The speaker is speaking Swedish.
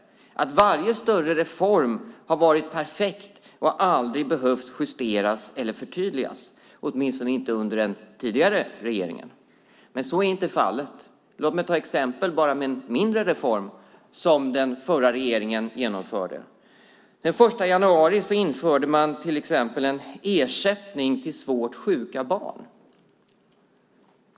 Varje större reform skulle ha varit perfekt och aldrig ha behövt justeras eller förtydligas, åtminstone inte under den tidigare regeringen. Men så är inte fallet. Låt mig som exempel ta bara en mindre reform som den förra regeringen genomförde. Den 1 januari införde man till exempel en ersättning till svårt sjuka barn.